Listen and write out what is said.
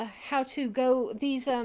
ah how to go these